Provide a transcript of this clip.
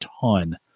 ton